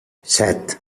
set